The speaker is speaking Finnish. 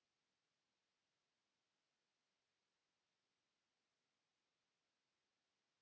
Kiitos.